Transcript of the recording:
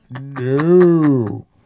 no